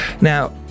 Now